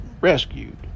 rescued